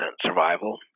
survival